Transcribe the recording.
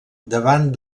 davant